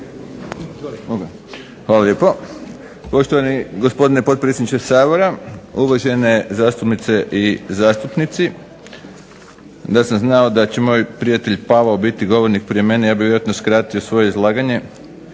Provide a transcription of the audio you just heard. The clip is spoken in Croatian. Hvala lijepo. Poštovani gospodine potpredsjedniče Sabora, uvažene zastupnice i zastupnici. Da sam znao da će moj prijatelj Pavao biti govornik prije mene ja bih vjerojatno skratio svoje izlaganje,